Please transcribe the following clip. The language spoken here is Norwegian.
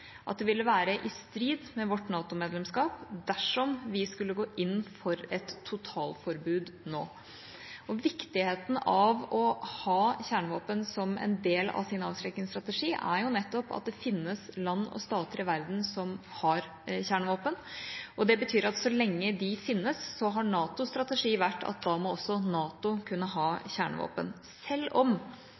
at det vil være i strid med vårt NATO-medlemskap dersom vi skulle gå inn for et totalforbud nå. Viktigheten av å ha kjernevåpen som en del av sin avskrekkingsstrategi er jo nettopp at det finnes land og stater i verden som har kjernevåpen. Det betyr at så lenge de finnes, har NATOs strategi vært at da må også NATO kunne ha kjernevåpen – selv om